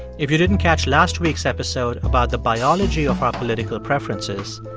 if you didn't catch last week's episode about the biology of our political preferences,